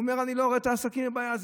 הוא אומר, אני לא רואה את הבעיה בעסקים.